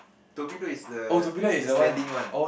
torpedo is the the standing one